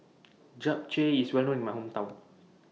Japchae IS Well known in My Hometown